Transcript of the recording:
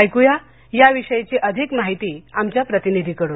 ऐकूया याविषयीची अधिक माहिती आमच्या प्रतिनिधी कडून